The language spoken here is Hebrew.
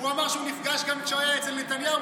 הוא אמר שהוא נפגש גם כשהוא היה אצל נתניהו,